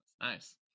Nice